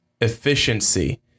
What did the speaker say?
efficiency